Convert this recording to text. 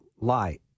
lie